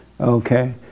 Okay